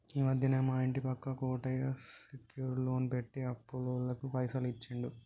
ఈ మధ్యనే మా ఇంటి పక్క కోటయ్య సెక్యూర్ లోన్ పెట్టి అప్పులోళ్లకు పైసలు ఇచ్చిండు